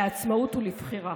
לעצמאות ולבחירה.